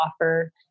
offer